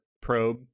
probe